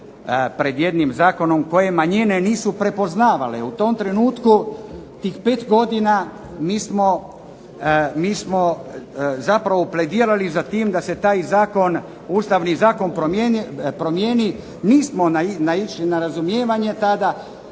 pred jednim zakonom koji manjine nisu prepoznavale, u tom trenutku tih 5 godina mi smo zapravo pledirali za tim da se taj Ustavni zakon promijeni, nismo naišli na razumijevanje tada.